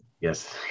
Yes